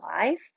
life